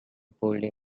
poorly